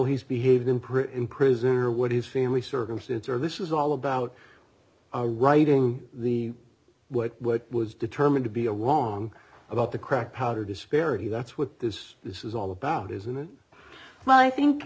he's behaved in print in prison or what his family circumstance or this is all about are writing the what what was determined to be along about the crack powder disparity that's what this this is all about isn't it but i think